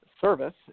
service